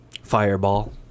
Fireball